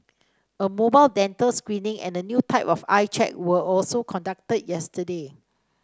a mobile dental screening and a new type of eye check were also conducted yesterday